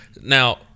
now